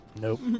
Nope